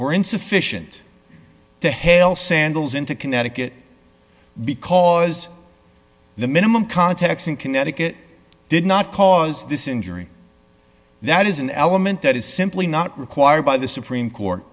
were insufficient to hail sandals into connecticut because the minimum contacts in connecticut did not cause this injury that is an element that is simply not required by the supreme court